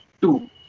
two